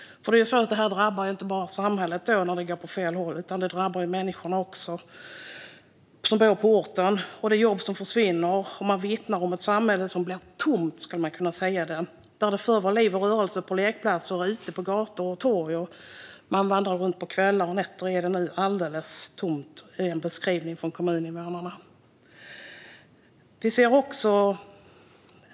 När det går åt fel håll drabbar det inte bara samhället. Det drabbar också människorna som bor på orten. Det är jobb som försvinner. Man vittnar om ett samhälle som blir tomt. Det var förr liv och rörelse på lekplatser och ute på gator och torg. När man vandrar runt på kvällar och nätter är det nu alldeles tomt. Det är en beskrivning från kommuninvånarna.